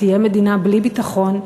תהיה מדינה בלי ביטחון,